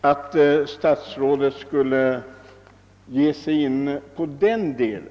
att statsrådet skulle ge sig in på den delen.